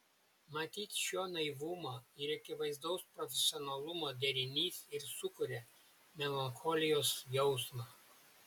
matyt šio naivumo ir akivaizdaus profesionalumo derinys ir sukuria melancholijos jausmą